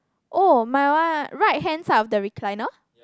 oh my one ah right hand side of the recliner